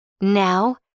Now